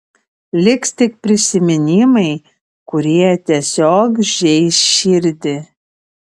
liks tik prisiminimai kurie tiesiog žeis širdį